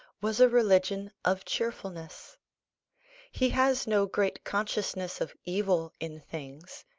was a religion of cheerfulness he has no great consciousness of evil in things,